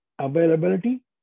Availability